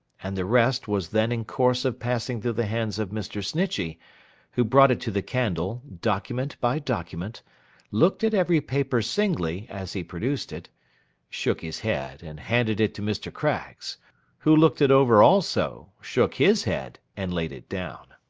and the rest was then in course of passing through the hands of mr. snitchey who brought it to the candle, document by document looked at every paper singly, as he produced it shook his head, and handed it to mr. craggs who looked it over also, shook his head, and laid it down.